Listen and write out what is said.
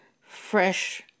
fresh